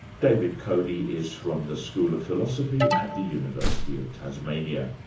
david cody is from the school of philosophy at the university of tasmania.